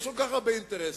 ויש כל כך הרבה אינטרסים.